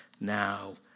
now